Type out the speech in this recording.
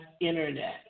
internet